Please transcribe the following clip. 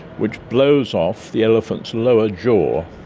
which blows off the elephant's lower jaw.